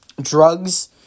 drugs